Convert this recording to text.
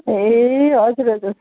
ए हजुर हजुर